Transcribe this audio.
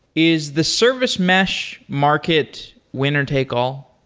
is the service mesh market winner-take-all?